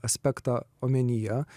aspektą omenyje